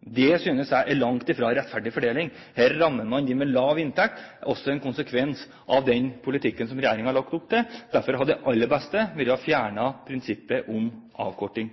Det synes jeg er langt fra rettferdig fordeling. Her rammer man dem med lav inntekt. Det er også en konsekvens av den politikken som regjeringen har lagt opp til. Derfor hadde det aller beste vært å fjerne prinsippet om avkorting.